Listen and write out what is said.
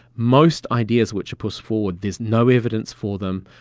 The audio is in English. most ideas which are put forward there's no evidence for them,